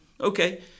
okay